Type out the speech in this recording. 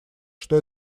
что